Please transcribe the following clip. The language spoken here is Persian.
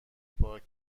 پارک